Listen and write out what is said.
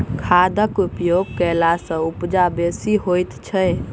खादक उपयोग कयला सॅ उपजा बेसी होइत छै